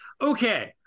okay